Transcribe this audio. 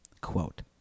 Quote